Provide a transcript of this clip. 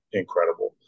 incredible